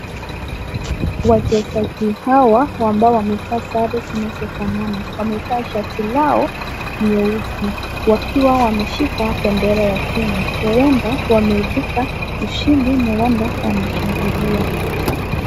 Wachezaji hawa ambao wamevaa sare zinazofanana wamevaa shati lao nyeusi, wakiwa wameshika bendera ya Kenya huenda wameebuka ushindi no wonder wameshangilia.